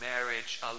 marriage